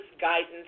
guidance